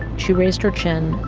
she raised her chin,